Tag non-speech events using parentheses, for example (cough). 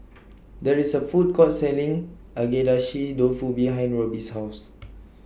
(noise) There IS A Food Court Selling Agedashi Dofu behind Roby's House (noise)